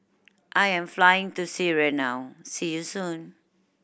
I am flying to Syria now see you soon